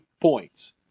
points